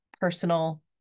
personal